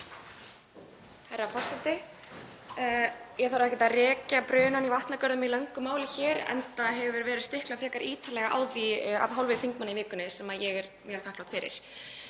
Herra forseti. Ég þarf ekkert að rekja brunann í Vatnagörðum í löngu máli hér enda hefur verið stiklað frekar ítarlega á því af hálfu þingmanna í vikunni, sem ég er mjög þakklát fyrir.